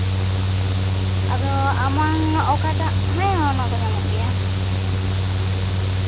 ᱟᱫᱚ ᱟᱢᱟᱝ ᱚᱠᱟᱴᱟᱜ ᱦᱮᱸ ᱚᱱᱟᱠᱚ ᱧᱟᱢᱚᱜ ᱜᱮᱭᱟ